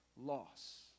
loss